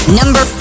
number